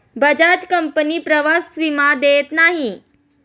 Bajaj company प्रवास विमा देत नाही